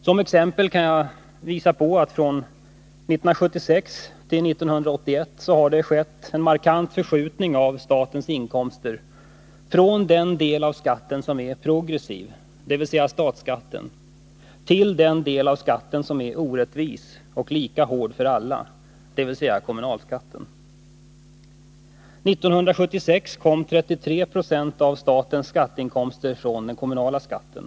Som exempel kan jag visa på att från 1976 till 1981 har det skett en markant förskjutning från den del av skatten som är progressiv dvs. statsskatten till den del av skatten som är orättvis och lika hård för alla dvs. kommunalskatten. År 1976 kom 33 2 av skatteinkomsterna från den kommunala skatten.